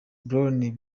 brown